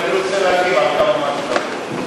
אני רוצה להגיב על כמה מהדברים.